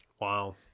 Wow